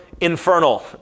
infernal